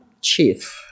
Chief